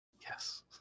Yes